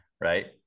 Right